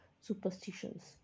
superstitions